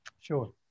sure